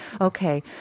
Okay